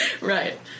Right